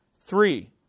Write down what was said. Three